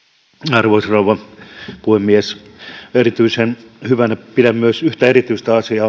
arvoisa rouva puhemies erityisen hyvänä pidän myös yhtä erityistä asiaa